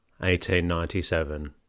1897